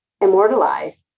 immortalized